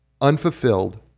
unfulfilled